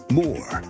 more